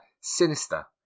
sinister